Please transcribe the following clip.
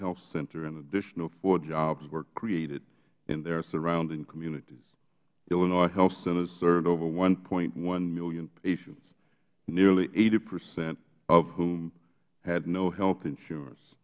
health center an additional four jobs were created in their surrounding communities illinois health centers served over one point one million patients nearly eighty percent of whom had no health insurance